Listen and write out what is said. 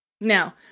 Now